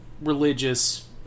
Religious